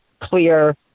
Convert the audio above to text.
clear